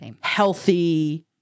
healthy